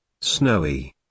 Snowy